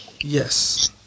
Yes